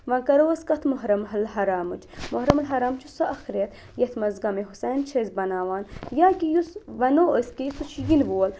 وۄنۍ کَرو أسۍ کَتھ مُحرم حل حرامٕچ مُحرم الحرام چھُ سُہ اَکھ رٮ۪تھ یَتھ منٛز غَمے حُسٮ۪ن چھِ أسۍ بَناوان یا کہ یُس وَنو أسۍ کہ سُہ چھِ یِنہٕ وول